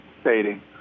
stating